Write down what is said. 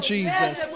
Jesus